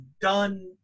done